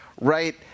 Right